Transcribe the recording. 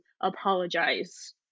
apologize